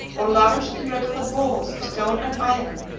or launched in red-hot balls of stone and iron,